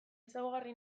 ezaugarri